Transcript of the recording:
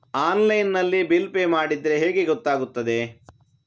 Online ನಲ್ಲಿ bill pay ಮಾಡಿದ್ರೆ ಹೇಗೆ ಗೊತ್ತಾಗುತ್ತದೆ?